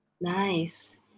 nice